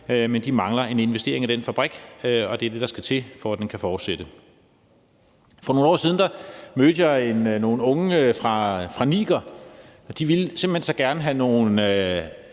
men de mangler en investering i den fabrik; det er det, der skal til, for at den kan fortsætte. For nogle år siden mødte jeg nogle unge fra Niger. De ville simpelt hen så gerne have nogle